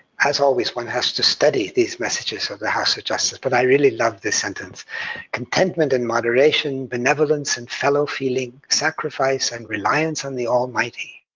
as always, one has to study these messages of the house of justice, but i really love this sentence contentment and moderation, benevolence and fellow feeling, sacrifice and reliance on the almighty,